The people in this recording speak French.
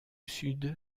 sud